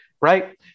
Right